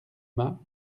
mas